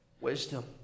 wisdom